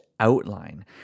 outline